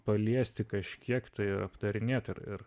paliesti kažkiek tai ir aptarinėt ir ir